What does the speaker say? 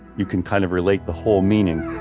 you can kind of relate the whole meaning